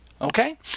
Okay